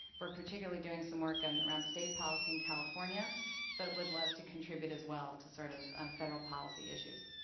we're particularly doing some work and around state policy in california but would love to contribute as well to sort of federal policy issues.